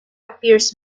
appears